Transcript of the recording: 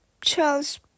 Charles